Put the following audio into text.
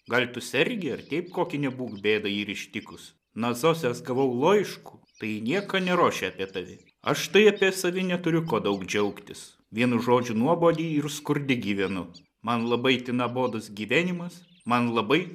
gal tu sergi ar teip kokį nebūk bėda yr ištikus nuo zosės gavau laiškų tai ji nieka neruošia apie tave aš tai apie savi neturiu ko daug džiaugtis vienu žodžiu nuobody ir skurdy gyvenu man labai ti nuobodus gyvenimas man labai